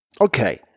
Okay